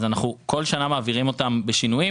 כל שנה אנחנו מעבירים אותם בשינויים.